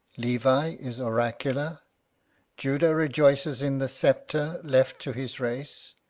levi is oracular judah rejoices in the sceptre left to his race